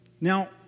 Now